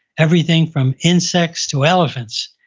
everything from insects to elephants,